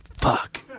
Fuck